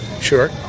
Sure